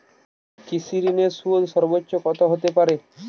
কৃষিঋণের সুদ সর্বোচ্চ কত হতে পারে?